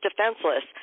defenseless